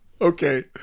Okay